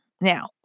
Now